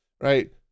right